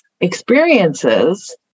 experiences